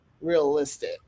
realistic